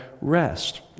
rest